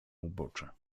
ubocze